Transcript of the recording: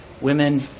women